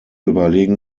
überlegen